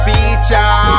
Feature